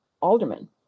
Alderman